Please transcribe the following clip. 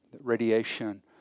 Radiation